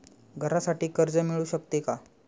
घरासाठी कर्ज मिळू शकते का?